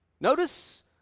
Notice